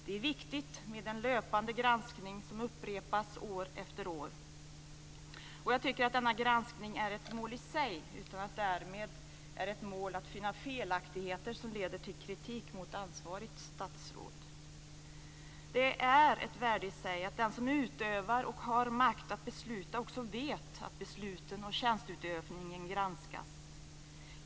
Det är viktigt med en löpande granskning som upprepas år efter år. Jag tycker att denna granskning är ett mål i sig, utan att det därmed är ett mål att finna felaktigheter som leder till kritik mot ansvarigt statsråd. Det är ett värde i sig att den som utövar makt och har makt att besluta också vet att besluten och tjänsteutövningen granskas.